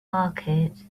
market